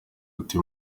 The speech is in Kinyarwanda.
ati